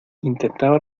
intentaba